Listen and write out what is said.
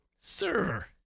Sir